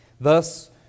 Thus